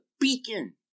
beacon